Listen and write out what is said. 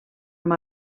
amb